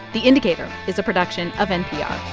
the indicator is a production of npr